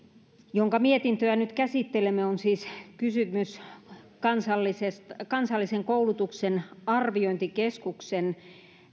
jonka mietintöä nyt käsittelemme on siis kysymys kansallisen koulutuksen arviointikeskuksen